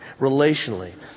relationally